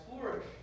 flourish